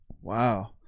wow